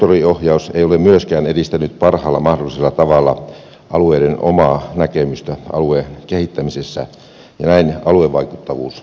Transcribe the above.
ministeriön sektoriohjaus ei ole myöskään edistänyt parhaalla mahdollisella tavalla alueiden omaa näkemystä aluekehittämisessä ja näin aluevaikuttavuus on kärsinyt